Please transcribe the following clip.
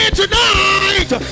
tonight